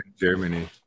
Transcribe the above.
Germany